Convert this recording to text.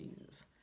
Jesus